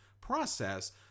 process